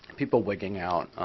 people wigging out.